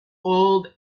old